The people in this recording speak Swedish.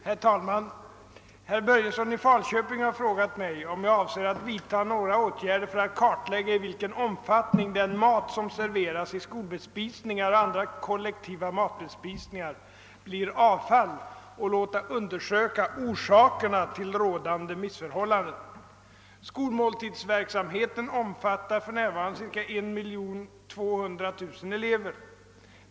Herr talman! Herr Börjesson i Falköping har frågat mig, om jag avser att vidta några åtgärder för att kartlägga i vilken omfattning den mat som serveras i skolbespisningar och andra kollektiva matbespisningar blir avfall och låta undersöka orsakerna till rådande missförhållanden. Skolmåltidsverksamheten omfattar för närvarande ca 1 200 000 elever.